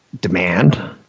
demand